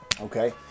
Okay